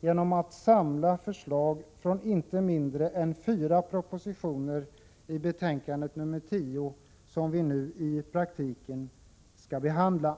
genom att samla förslag från inte mindre än fyra propositioner i betänkande 10, som vi nu skall behandla.